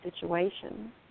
situation